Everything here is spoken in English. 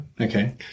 okay